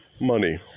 money